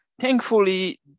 Thankfully